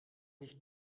nicht